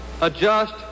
adjust